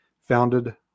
founded